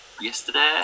yesterday